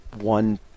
one